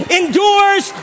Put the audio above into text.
endures